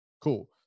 Cool